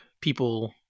people